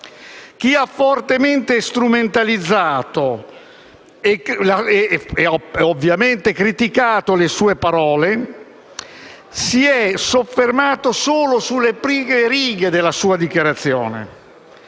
Chi ha fortemente strumentalizzato e criticato le sue parole si è soffermato solo sulle prime righe della sua dichiarazione.